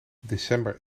december